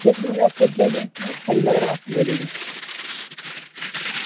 دیکھ لیجیے آپ خود صحیح لگ رہا آپ لے لیجیے